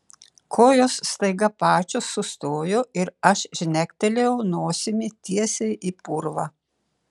kojos staiga pačios sustojo ir aš žnektelėjau nosimi tiesiai į purvą